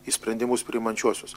į sprendimus priimančiuosius